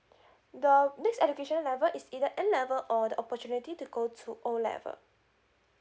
the this education level is either N level or the opportunity to go to O level